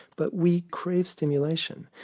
but we crave stimulation.